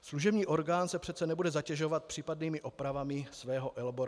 Služební orgán se přece nebude zatěžovat případnými opravami svého elaborátu.